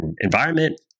environment